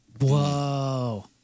Whoa